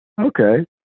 Okay